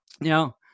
Now